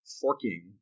forking